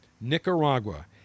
nicaragua